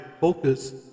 focus